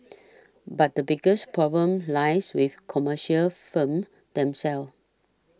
but the biggest problem lies with commercial firms themselves